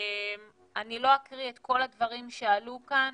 אני לא אקריא את כל הדברים שעלו כאן,